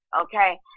okay